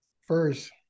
first